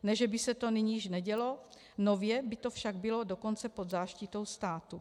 Ne že by se to nyní již nedělo, nově by to však bylo dokonce pod záštitou státu.